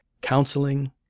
counseling